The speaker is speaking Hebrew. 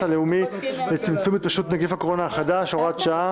הלאומי לצמצום התפשטות נגיף הקורונה החדש (הוראת שעה).